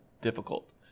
difficult